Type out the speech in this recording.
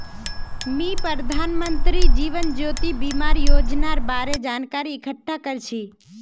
मी प्रधानमंत्री जीवन ज्योति बीमार योजनार बारे जानकारी इकट्ठा कर छी